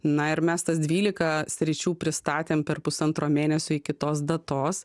na ir mes tas dvylika sričių pristatėm per pusantro mėnesio iki tos datos